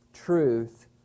truth